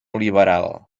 liberal